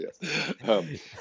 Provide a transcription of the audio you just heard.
yes